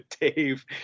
Dave